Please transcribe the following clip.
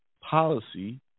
policy